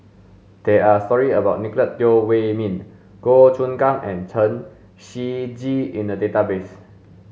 there are stories about Nicolette Teo Wei min Goh Choon Kang and Chen Shiji in the database